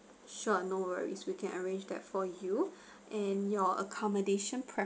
sure no worries we can arrange that for you and your accommodation